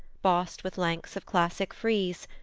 bossed with lengths of classic frieze,